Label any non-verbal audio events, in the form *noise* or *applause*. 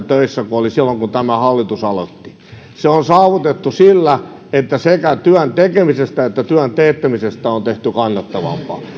*unintelligible* töissä kuin oli silloin kun tämä hallitus aloitti se on saavutettu sillä että sekä työn tekemisestä että työn teettämisestä on tehty kannattavampaa